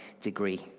degree